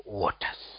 waters